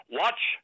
watch